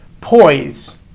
poise